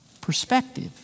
perspective